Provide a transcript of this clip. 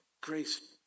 grace